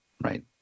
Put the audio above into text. Right